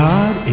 God